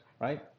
right